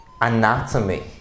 anatomy